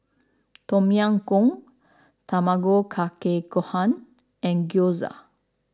Tom Yam Goong Tamago Kake Gohan and Gyoza